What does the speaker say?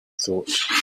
thought